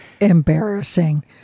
embarrassing